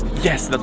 yes!